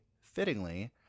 Fittingly